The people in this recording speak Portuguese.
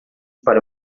para